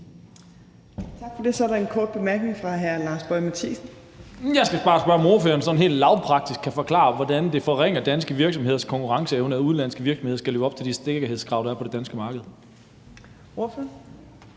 Tak for det. Så er der en kort bemærkning fra hr. Lars Boje Mathiesen. Kl. 19:27 Lars Boje Mathiesen (NB): Jeg skal bare spørge, om ordføreren sådan helt lavpraktisk kan forklare, hvordan det forringer danske virksomheders konkurrenceevne, at udenlandske virksomheder skal leve op til de sikkerhedskrav, der er på det danske marked. Kl.